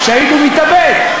שהיד הוא מתאבד.